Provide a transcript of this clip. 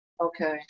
Okay